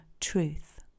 truth